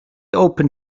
open